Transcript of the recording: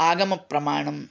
आगमप्रमाणम्